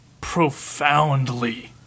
profoundly